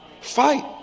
fight